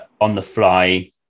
on-the-fly